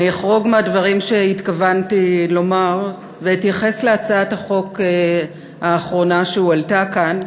אחרוג מהדברים שהתכוונתי לומר ואתייחס להצעת החוק האחרונה שהועלתה כאן.